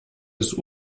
des